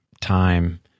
time